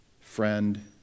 friend